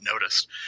noticed